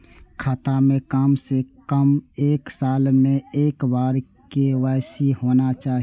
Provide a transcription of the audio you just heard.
खाता में काम से कम एक साल में एक बार के.वाई.सी होना चाहि?